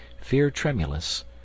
fear-tremulous